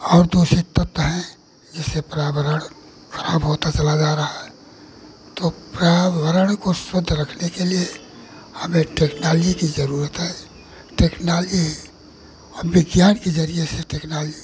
और दूषित तत्व हैं जिससे पर्यावरण ख़राब होता चला जा रहा है तो पर्यावरण को शुद्ध रखने के लिए हमें टेक्नोलॉजी की ज़रूरत हैं टेकनाल्जी ही हम विज्ञान के ज़रिए से टेकनाल्जी